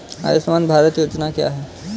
आयुष्मान भारत योजना क्या है?